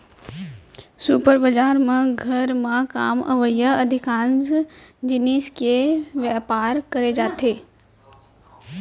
super बजार म घर म काम अवइया अधिकांस जिनिस के बयपार करे जाथे